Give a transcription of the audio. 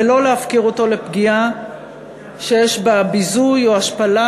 ולא להפקיר אותו לפגיעה שיש בה ביזוי או השפלה,